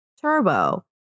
Turbo